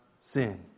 sin